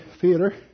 theater